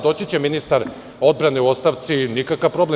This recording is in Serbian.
Doći će ministar odbrane u ostavci, nikakav problem.